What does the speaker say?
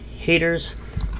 Haters